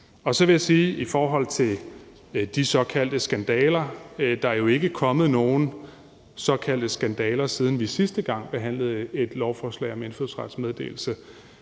Så vil jeg sige i forhold til de såkaldte skandaler, at der jo ikke er kommet nogen såkaldte skandaler, siden vi sidste gang behandlede et lovforslag om indfødsrets meddelelse.